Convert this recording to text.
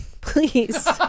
please